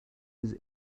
his